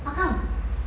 how come